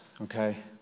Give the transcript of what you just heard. okay